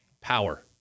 power